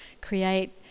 create